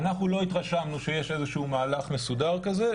אנחנו לא התרשמנו שיש איזשהו מהלך מסודר כזה,